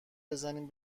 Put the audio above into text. بزنین